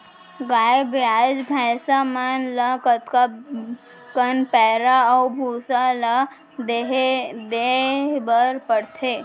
गाय ब्याज भैसा मन ल कतका कन पैरा अऊ भूसा ल देये बर पढ़थे?